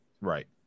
right